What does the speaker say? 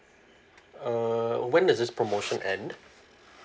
err when is this promotion end